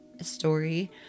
story